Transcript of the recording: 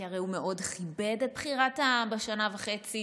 כי הרי הוא מאוד כיבד את בחירת העם בשנה וחצי